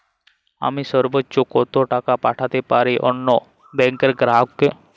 আমি সর্বোচ্চ কতো টাকা পাঠাতে পারি অন্য ব্যাংক র গ্রাহক কে?